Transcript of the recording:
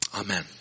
Amen